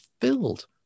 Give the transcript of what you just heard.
filled